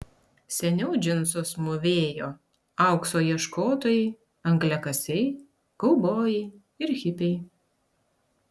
seniau džinsus mūvėjo aukso ieškotojai angliakasiai kaubojai ir hipiai